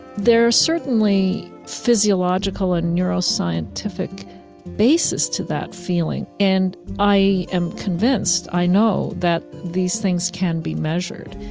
there are certainly physiological and neuroscientific bases to that feeling, and i am convinced i know that these things can be measured.